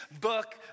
book